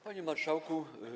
Panie Marszałku!